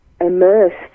immersed